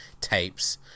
tapes